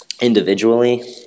individually –